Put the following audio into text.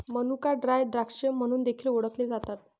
मनुका ड्राय द्राक्षे म्हणून देखील ओळखले जातात